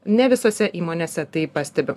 ne visose įmonėse tai pastebiu